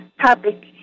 topic